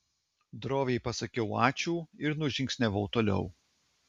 droviai pasakiau ačiū ir nužingsniavau toliau